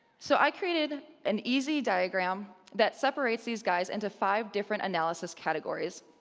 so i created an easy diagram that separates these guys into five different analysis categories.